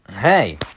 hey